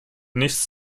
nichts